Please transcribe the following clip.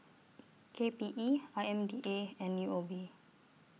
K P E I M D A and U O B